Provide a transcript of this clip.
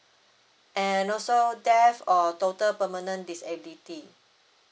and also death or total permanent disability